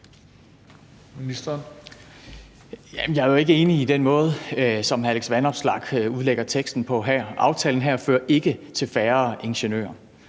Jeg er jo ikke enig i den måde, som hr. Alex Vanopslagh udlægger teksten på her. Aftalen her fører ikke til færre ingeniører.